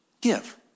Give